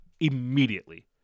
Immediately